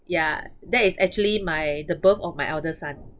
yeah that is actually my the birth of my eldest son